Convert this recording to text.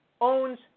owns